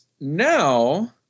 now